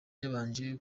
yabanje